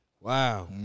Wow